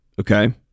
Okay